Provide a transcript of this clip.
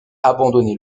abandonné